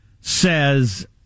says